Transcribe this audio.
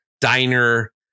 diner